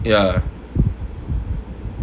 ya